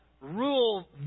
rule